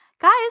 Guys